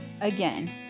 Again